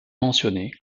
mentionnées